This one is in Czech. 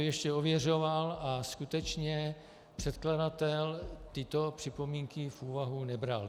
Ještě jsem si to ověřoval, a skutečně předkladatel tyto připomínky v úvahu nebral.